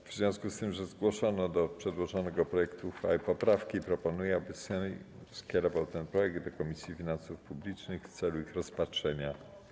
W związku z tym, że zgłoszono do przedłożonego projektu uchwały poprawki, proponuję, aby Sejm skierował ten projekt do Komisji Finansów Publicznych w celu ich rozpatrzenia.